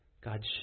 God